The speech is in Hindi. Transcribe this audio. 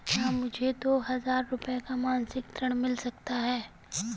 क्या मुझे दो हजार रूपए का मासिक ऋण मिल सकता है?